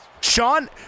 Sean